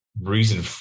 reason